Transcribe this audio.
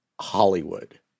Hollywood